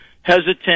hesitant